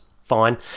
fine